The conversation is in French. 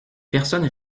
personnes